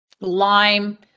Lime